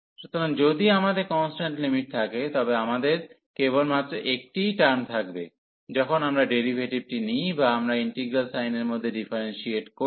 সুতরাং যদি আমাদের কন্সট্যান্ট লিমিট থাকে তবে আমাদের কেবলমাত্র একটিই টার্ম থাকবে যখন আমরা ডেরিভেটিভটি নিই বা আমরা ইন্টিগ্রাল সাইনের মধ্যে ডিফারেন্সিয়েট করি